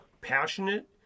Passionate